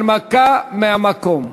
הנמקה מהמקום.